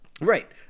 Right